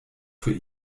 für